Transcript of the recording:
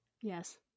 yes